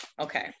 Okay